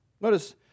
Notice